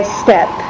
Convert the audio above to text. step